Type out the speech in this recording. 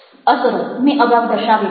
અસરો મેં અગાઉ દર્શાવેલી છે